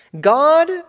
God